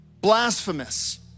blasphemous